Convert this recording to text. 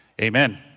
Amen